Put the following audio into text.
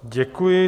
Děkuji.